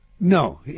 No